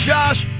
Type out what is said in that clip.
Josh